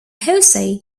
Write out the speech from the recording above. jose